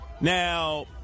Now